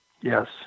Yes